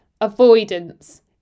avoidance